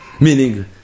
Meaning